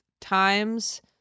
times